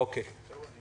אוקיי.